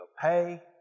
pay